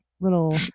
little